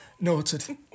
Noted